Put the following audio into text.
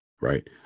right